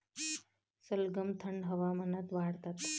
सलगम थंड हवामानात वाढतात